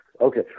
Okay